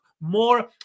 more